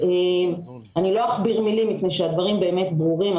לא אכביר מילים כי הדברים ברורים,